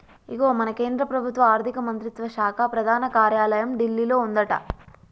ఇగో మన కేంద్ర ప్రభుత్వ ఆర్థిక మంత్రిత్వ శాఖ ప్రధాన కార్యాలయం ఢిల్లీలో ఉందట